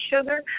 sugar